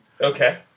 Okay